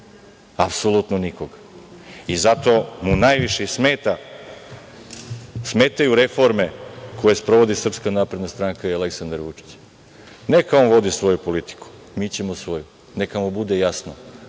apsolutno nikoga. I zato mu najviše i smetaju reforme koje sprovodi SNS i Aleksandar Vučić. Neka on vodi svoju politiku, mi ćemo svoju. Neka mu bude jasno,